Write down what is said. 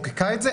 חוקקה את זה,